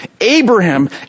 Abraham